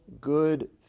good